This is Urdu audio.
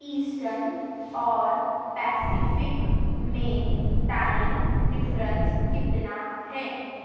ایسٹرن اور پیسیفک میں ٹائم ڈفرنس کتنا ہیں